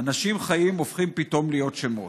/ אנשים חיים הופכים פתאום להיות שמות,